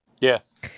yes